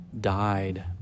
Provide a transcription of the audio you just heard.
died